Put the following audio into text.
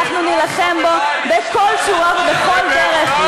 ואנחנו נילחם בו בכל צורה ובכל דרך,